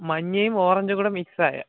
മഞ്ഞയും ഓറഞ്ചും കൂടെ മിക്സ് ആയത്